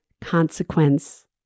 consequence